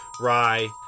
Rye